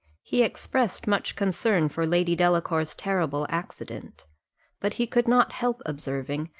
he expressed much concern for lady delacour's terrible accident but he could not help observing,